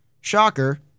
Shocker